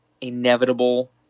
inevitable